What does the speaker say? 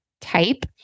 type